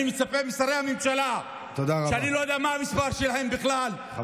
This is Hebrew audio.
אני מצפה משרי הממשלה שאני לא יודע מה המספר שלהם בכלל,